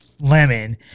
Lemon